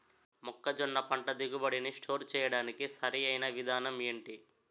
మొక్కజొన్న పంట దిగుబడి నీ స్టోర్ చేయడానికి సరియైన విధానం ఎంటి?